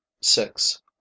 six